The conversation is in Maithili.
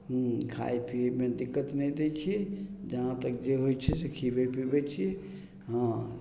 खाय पीयैमे दिक्कत नहि दै छियै जहाँ तक जे होइ छै से खीयबय पीबय छियै हँ